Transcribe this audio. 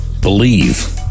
believe